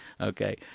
okay